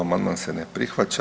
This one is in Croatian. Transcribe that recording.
Amandman se ne prihvaća.